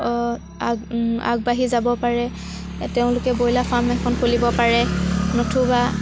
আগ আগবাঢ়ি যাব পাৰে তেওঁলোকে ব্ৰইলাৰ ফাৰ্ম এখন খুলিব পাৰে নতুবা